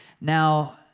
Now